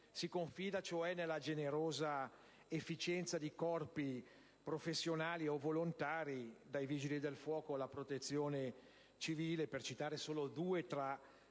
Si confida, cioè, nella generosa efficienza di corpi professionali o di volontari, dai Vigili del fuoco alla Protezione civile (per citare solo due tra